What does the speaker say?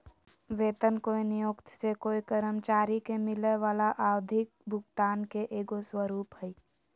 वेतन कोय नियोक्त से कोय कर्मचारी के मिलय वला आवधिक भुगतान के एगो स्वरूप हइ